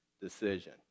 decision